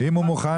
אם הוא מוכן,